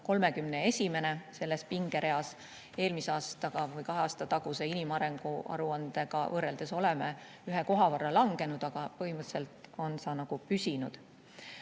on selles pingereas 31. Eelmise aastaga või kahe aasta taguse inimarengu aruandega võrreldes oleme ühe koha võrra langenud, aga põhimõtteliselt on see püsinud.